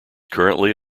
currently